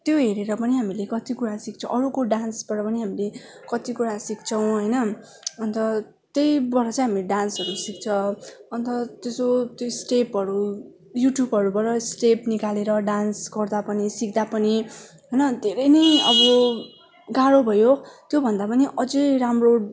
त्यो हेरेर पनि हामीले कत्ति कुरा सिक्छौँ अरूको डान्सबाट पनि हामीले कति कुरा सिक्छौँ होइन अन्त त्यहीबाट चाहिँ हामी डान्सहरू सिक्छ अन्त जसो त्यो स्टेपहरू युट्युबहरूबाट स्टेप निकालेर डान्स गर्दा पनि सिक्दा पनि होइन धेरै नै अब गाह्रो भयो त्यो भन्दा पनि अझै राम्रो